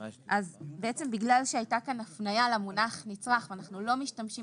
בגלל שהייתה כאן הפניה למונח נצרך ואנחנו לא משתמשים